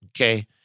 Okay